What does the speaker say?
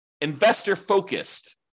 investor-focused